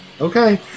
Okay